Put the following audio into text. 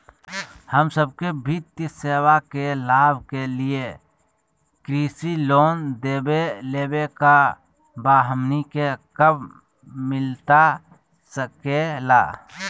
हम सबके वित्तीय सेवाएं के लाभ के लिए कृषि लोन देवे लेवे का बा, हमनी के कब मिलता सके ला?